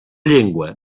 llengua